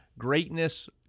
Greatness